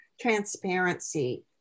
transparency